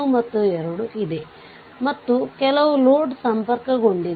ಆದ್ದರಿಂದ ನೋಡಲ್ ವಿಶ್ಲೇಷಣೆ ಉಪಯೋಗಿಸಿ ಅದನ್ನು ಪರಿಹರಿಸಬೇಕು